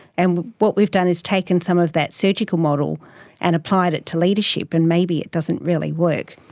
and what we've done is taken some of that surgical model and applied it to leadership, and maybe it doesn't really work.